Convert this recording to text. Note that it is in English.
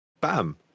bam